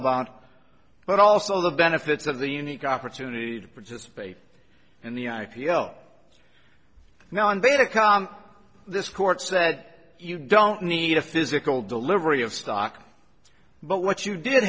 about but also the benefits of the unique opportunity to participate in the i p o now on day to come this court said you don't need a physical delivery of stock but what you did